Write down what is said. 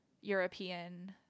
European